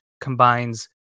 combines